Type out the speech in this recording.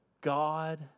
God